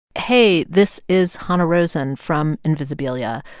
hey, this is hanna rosin from invisibilia.